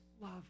love